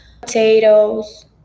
potatoes